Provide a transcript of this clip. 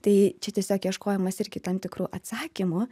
tai čia tiesiog ieškojimas irgi tam tikrų atsakymų